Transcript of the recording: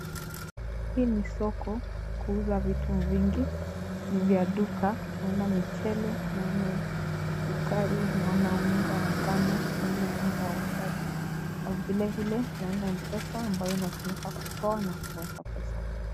Hii ni soko ya kuuza vitu vingi. Ni vya duka, naona michele, naona sukari, naona unga wa ngano, naona unga wa ugali na vile vile naona M-Pesa, ambayo inatumika kutoa na kuweka pesa.